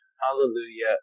Hallelujah